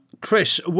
Chris